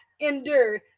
endure